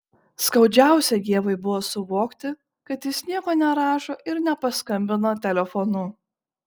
skaudžiausia ievai buvo suvokti kad jis nieko nerašo ir nepaskambina telefonu